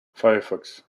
firefox